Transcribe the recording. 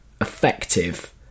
effective